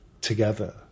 together